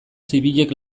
zibilek